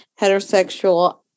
heterosexual